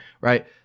right